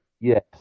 Yes